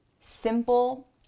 simple